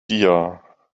dir